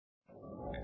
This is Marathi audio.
नमस्कार